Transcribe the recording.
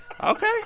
Okay